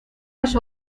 las